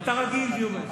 אתה רגיל, ג'ומס.